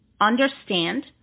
understand